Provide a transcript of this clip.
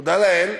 תודה לאל,